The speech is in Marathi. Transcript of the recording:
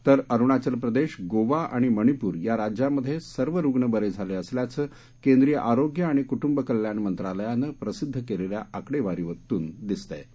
तर अरुणाचल प्रदेश गोवा आणि मणिपूर या राज्यामधे सर्व रुग्ण बरे झाले असल्याचं केंद्रीय आरोग्य आणि कुटुंब कल्याजण मंत्रालयानं प्रसिद्ध केलेल्या आकडेवारीतून दिसतं